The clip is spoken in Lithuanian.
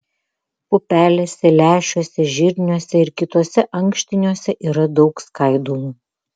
pupelėse lęšiuose žirniuose ir kituose ankštiniuose yra daug skaidulų